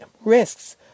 risks